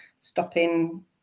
stopping